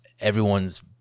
everyone's